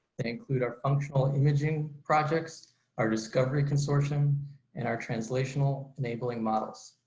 they include our functional imaging projects our discovery consortium and our translational enabling models.